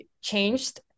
changed